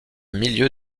milieu